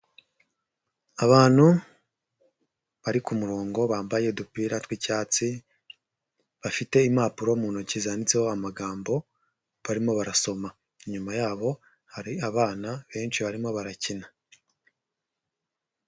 Abantu bari ku murongo bambaye udupira twicyatsi, bafite impapuro mu ntoki zanditseho amagambo, barimo barasoma, inyuma yabo hari abana benshi barimo barakina.